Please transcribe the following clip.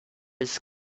his